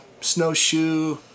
snowshoe